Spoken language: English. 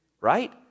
right